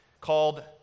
called